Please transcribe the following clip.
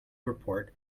report